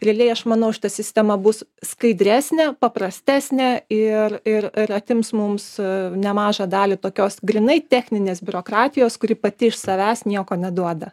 realiai aš manau šita sistema bus skaidresnė paprastesnė ir ir ir atims mums a nemažą dalį tokios grynai techninės biurokratijos kuri pati iš savęs nieko neduoda